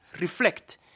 reflect